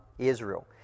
Israel